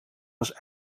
was